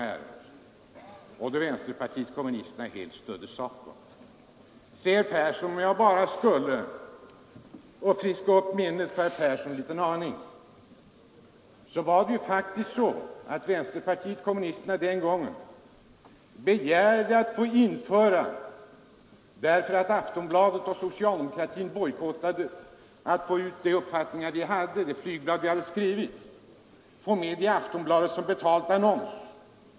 I detta fall stödde vpk helt SACO, säger herr Persson. Om jag får friska upp herr Perssons minne en liten aning, var det faktiskt så att vänsterpartiet kommunisterna den gången begärde att få införa som betald annons i Aftonbladet det flygblad som vi hade skrivit, sedan Aftonbladet och socialdemokratin hade bojkottat våra försök att på annat sätt få ut våra uppfattningar.